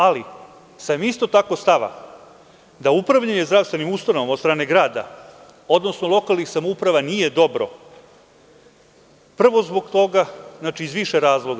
Ali, sam isto tako stava, da upravljanje zdravstvenim ustanovama od strane grada, odnosno lokalnih samouprava nije dobro iz više razloga.